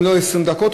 אם לא 20 דקות,